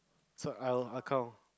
so I'll I'll count